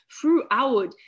throughout